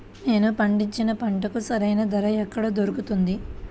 నేను పండించిన పంటకి సరైన ధర ఎక్కడ దొరుకుతుంది?